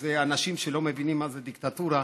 זה אנשים שלא מבינים מה זה דיקטטורה.